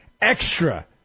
extra